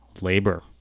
labor